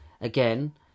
again